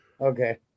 Okay